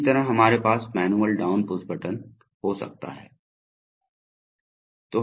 इसी तरह हमारे पास मैनुअल डाउन पुश बटन हो सकता है